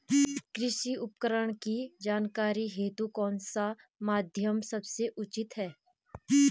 कृषि उपकरण की जानकारी हेतु कौन सा माध्यम सबसे उचित है?